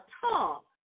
talk